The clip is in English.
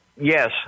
yes